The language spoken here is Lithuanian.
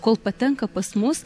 kol patenka pas mus